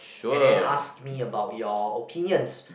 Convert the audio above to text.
and then ask me about your opinions